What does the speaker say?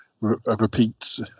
repeats